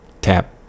TAP